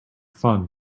fun